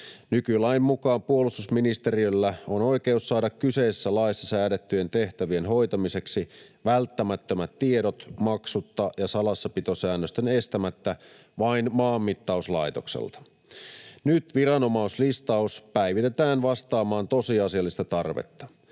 Nykylain mukaan puolustusministeriöllä on oikeus saada kyseisessä laissa säädettyjen tehtävien hoitamiseksi välttämättömät tiedot maksutta ja salassapitosäännösten estämättä vain Maanmittauslaitokselta. Nyt viranomaislistaus päivitetään vastaamaan tosiasiallista tarvetta.